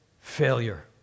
failure